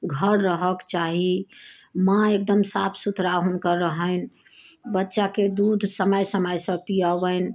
घर रहऽके चाही माँ एकदम साफ सुथरा हुनकर रहनि बच्चाके दूध समय समयसँ पियाबनि